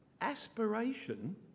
Aspiration